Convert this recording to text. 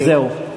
זהו,